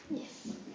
Yes